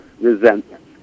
resentment